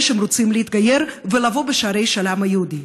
שרוצים להתגייר ולבוא בשערי העם היהודי.